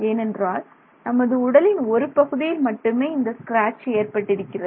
ஏனென்றால் நமது உடலின் ஒரு பகுதியில் மட்டுமே இந்த ஸ்கிராட்ச் ஏற்பட்டிருக்கிறது